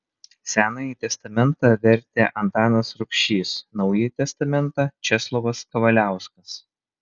senąjį testamentą vertė antanas rubšys naująjį testamentą česlovas kavaliauskas